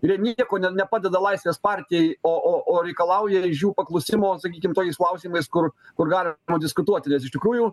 ir jie nieko ne nepadeda laisvės partijai o o o reikalauja iš jų paklusimo sakykim tais klausimais kur kur dar padiskutuoti nes iš tikrųjų